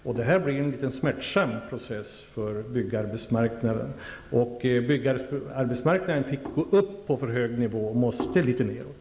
Det här blir en smärtsam process för byggarbetsmarknaden. Byggarbetsmarknaden har fått gå upp på en för hög nivå, och den måste därför nu litet nedåt.